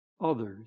others